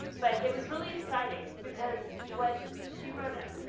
but it was really exciting because what she brought up,